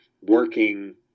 working